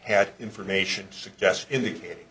had information suggests indicate